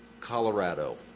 Colorado